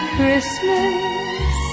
Christmas